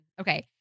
Okay